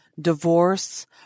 divorce